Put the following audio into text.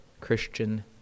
Christian